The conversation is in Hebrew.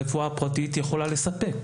הרפואה הפרטית יכולה לספק